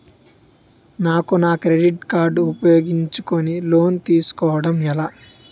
నాకు నా credit card ఉపయోగించుకుని లోన్ తిస్కోడం ఎలా?